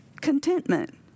contentment